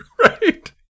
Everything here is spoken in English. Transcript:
Right